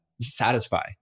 satisfy